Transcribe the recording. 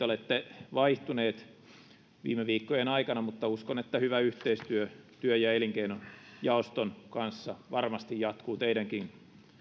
olette vaihtuneet viime viikkojen aikana mutta uskon että hyvä yhteistyö työ ja elinkeinojaoston kanssa varmasti jatkuu teidänkin